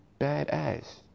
badass